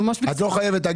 את לא חייבת.